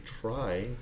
try